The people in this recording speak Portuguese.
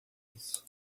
isso